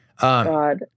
God